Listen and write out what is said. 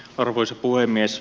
arvoisa puhemies